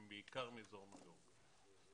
הם בעיקר מאזור ניו יורק.